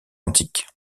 antique